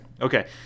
Okay